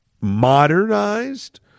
modernized